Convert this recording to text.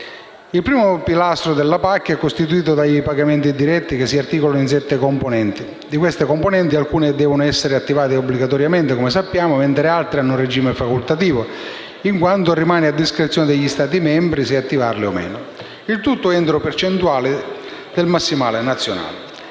Il primo pilastro della PAC è costituito dai pagamenti diretti, che si articolano in sette componenti, alcune delle quali devono essere attivate obbligatoriamente - come sappiamo - mentre altre hanno un regime facoltativo, in quanto rimane a discrezione degli Stati membri se attivarle o no, il tutto entro percentuali del massimale nazionale.